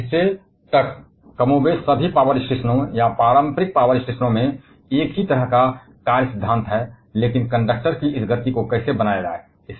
अब उस हिस्से तक कमोबेश सभी पावर स्टेशनों या पारंपरिक पावर स्टेशनों में एक ही तरह का कार्य सिद्धांत है लेकिन कंडक्टर की इस गति को कैसे बनाया जाए